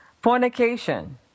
Fornication